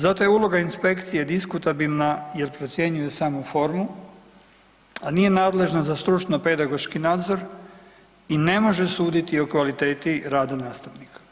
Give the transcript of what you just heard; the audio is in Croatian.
Zato je uloga inspekcije diskutabilna jer procjenjuju samo formu, a nije nadležna za stručno-pedagoški nadzor i ne može suditi o kvaliteti rada nastavnika.